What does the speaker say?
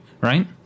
right